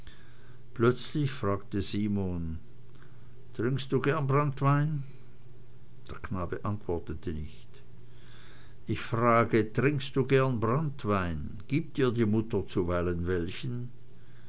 plötzlich fragte simon trinkst du gern branntwein der knabe antwortete nicht ich frage trinkst du gern branntwein gibt dir die mutter zuweilen welchen